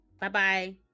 Bye-bye